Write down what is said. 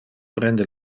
prende